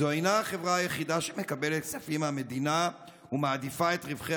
זו אינה החברה היחידה שמקבלת כספים מהמדינה ומעדיפה את רווחי